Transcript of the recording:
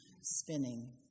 spinning